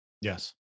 Yes